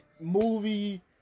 movie